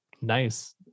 Nice